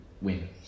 win